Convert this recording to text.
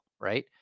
Right